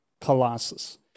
Colossus